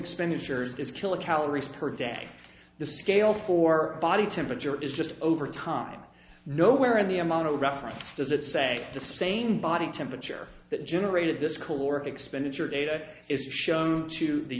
expenditures is kilocalories per day the scale for body temperature is just over time nowhere in the amount of reference does it say the same body temperature that generated this caloric expenditure data is shown to the